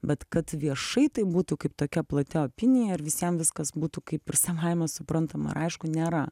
bet kad viešai tai būtų kaip tokia plati opinija ar visiem viskas būtų kaip ir savaime suprantama ar aišku nėra